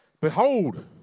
Behold